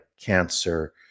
cancer